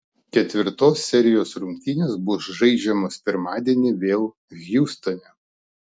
ketvirtos serijos rungtynės bus žaidžiamos pirmadienį vėl hjustone